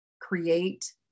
create